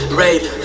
rape